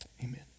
Amen